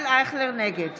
נגד